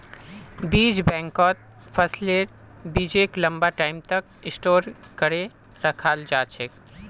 बीज बैंकत फसलेर बीजक लंबा टाइम तक स्टोर करे रखाल जा छेक